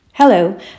Hello